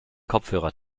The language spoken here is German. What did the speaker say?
kopfhörer